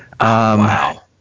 Wow